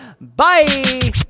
Bye